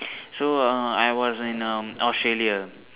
so uh I was in um Australia